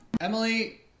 Emily